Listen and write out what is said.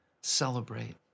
celebrate